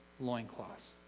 loincloths